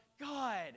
God